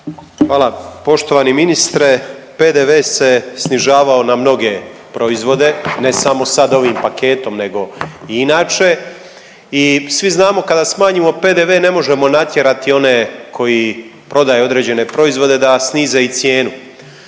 Hvala. Poštovani ministre, PDV se snižavao na mnoge proizvode, ne samo sad ovim paketom nego i inače i svi znamo, kada smanjimo PDV, ne možemo natjerati one koji prodaju određene proizvode da snize i cijenu.